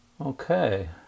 Okay